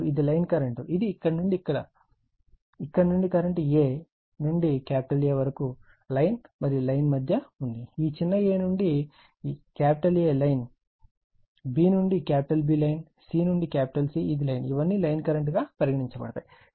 మరియు ఇది line current ఇది ఇక్కడ నుండి ఇక్కడ నుండి కరెంట్ a నుండి A వరకులైన్ మరియు లైన్ మధ్య ఉంది ఈ చిన్న a నుండి A లైన్ b నుండి B లైన్ c నుండి C ఇది లైన్ ఇవన్నీ లైన్ కరెంట్ గా పరిగణించబడతాయి